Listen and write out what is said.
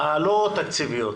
הלא תקציביות.